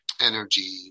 energy